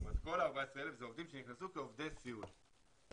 זה עובדים שנכנסו כעובדי סיעוד,